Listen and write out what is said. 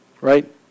right